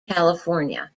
california